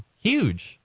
huge